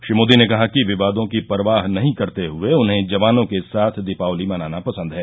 श्री मोदी ने कहा कि विवादों की परवाहनहीं करते हए उन्हें जवानों के साथ दीपावली मनाना पसंद है